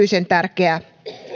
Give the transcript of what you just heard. on erityisen tärkeä